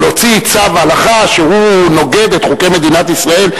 אבל להוציא צו הלכה שנוגד את חוקי מדינת ישראל,